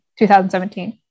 2017